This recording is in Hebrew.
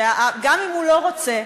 גם אם הוא לא רוצה,